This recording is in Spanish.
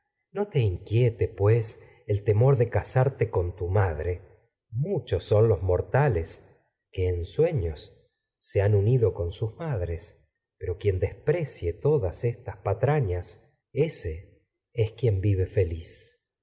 no te inquiete pues madre unido el temor de casarte con tu que en muchos son los mortales sueños se han con sus madres pero quien desprecie todas esas patrañas ése es quien vive feliz